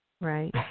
right